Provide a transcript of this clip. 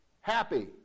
Happy